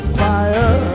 fire